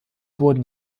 wurden